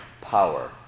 power